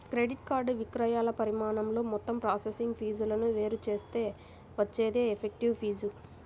credit card విక్రయాల పరిమాణంతో మొత్తం ప్రాసెసింగ్ ఫీజులను వేరు చేస్తే వచ్చేదే ఎఫెక్టివ్ ఫీజు